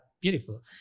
beautiful